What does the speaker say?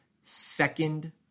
second